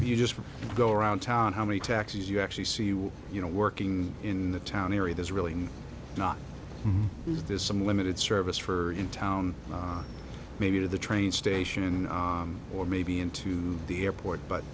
you just go around town how many taxis you actually see what you know working in the town area there's really not is this some limited service for in town maybe to the train station or maybe into the airport but